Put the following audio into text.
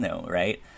right